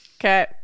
Okay